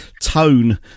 tone